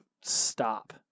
stop